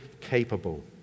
capable